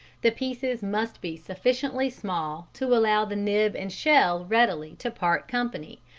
the pieces must be sufficiently small to allow the nib and shell readily to part company,